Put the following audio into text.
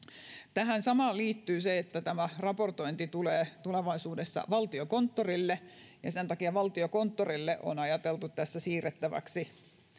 tähän samaan liittyy se että tämä raportointi tulee tulevaisuudessa valtiokonttorille ja sen takia valtiokonttorille on ajateltu tässä siirrettäväksi